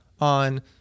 on